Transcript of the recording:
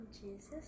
Jesus